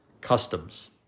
Customs